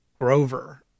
Grover